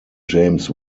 james